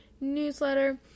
newsletter